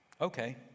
okay